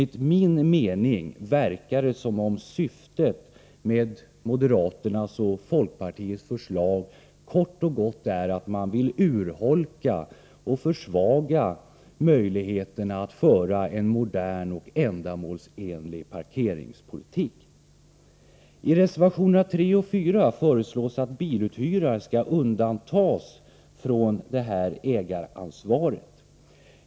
Jag tycker att det verkar som om syftet med moderaternas och folkpartisternas förslag kort och gott är att urholka och försvaga möjligheterna att föra en modern och ändamålsenlig parkeringspolitik. I reservationerna 3 och 4 föreslås att biluthyrare skall undantas från det här ägaransvaret.